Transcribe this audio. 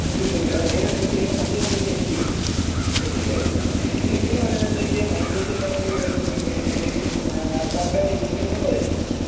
ഒരു അല്ല ഏതാണ് ചോദിച്ചത് ഏതാണ് വണ്ടി ഏതാണ് ചോദിച്ചത് M Dio F C X U V ഒക്കെ എന്ന് പറയുമ്പഴത്തേക്ക് മൈലേജ് എല്ലാംകൂടി കറക്റ്റ് വരുമ്പത്തേക്ക് പെർ ഡേ ഇരുന്നൂറ്റമ്പത് ആയിരിക്കും വരുന്നത്